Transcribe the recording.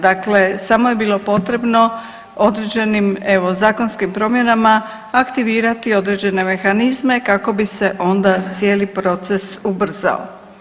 Dakle, samo je bilo potrebno određenim evo zakonskim promjenama aktivirati određene mehanizme kako bi se onda cijeli proces ubrzao.